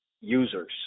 users